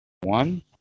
one